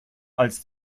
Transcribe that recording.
als